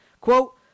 Quote